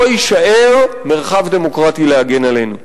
לא יישאר מרחב דמוקרטי להגן עלינו.